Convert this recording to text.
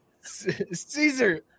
Caesar